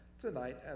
tonight